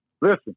Listen